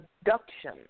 abduction